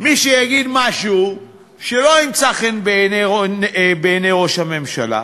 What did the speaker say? מי שיגיד משהו שלא ימצא חן בעיני ראש הממשלה,